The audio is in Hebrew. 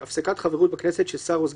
וחסר עוד דבר אחד,